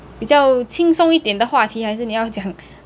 比较轻松一点的话题还是你要讲